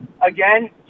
again